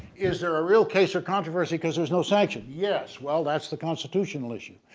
is there a real case or controversy because there's no sanction. yes? well, that's the constitutional issue,